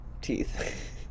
teeth